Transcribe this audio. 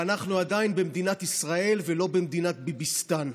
ואנחנו עדיין במדינת ישראל ולא מדינת ביביסטן.